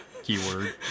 keyword